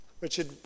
Richard